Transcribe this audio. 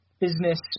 business